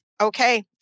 okay